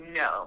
no